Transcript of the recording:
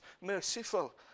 merciful